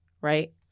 right